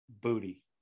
Booty